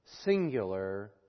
singular